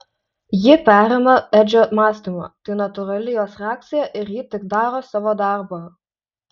ji perima edžio mąstymą tai natūrali jos reakcija ir ji tik daro savo darbą